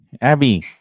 Abby